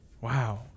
wow